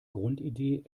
grundidee